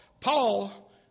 Paul